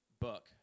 book